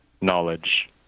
knowledge